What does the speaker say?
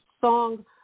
song